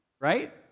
right